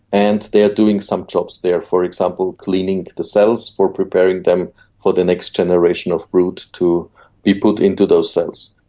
and they are doing some jobs there, for example cleaning the cells, preparing them for the next generation of brood to be put into those cells.